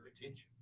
attention